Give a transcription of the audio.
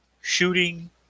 shooting